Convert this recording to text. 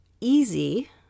easy